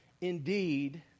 Indeed